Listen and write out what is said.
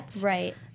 Right